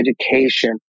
education